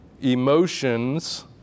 emotions